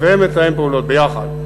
ביחד.